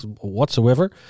whatsoever